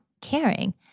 caring